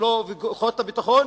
וכוחות הביטחון,